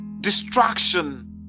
destruction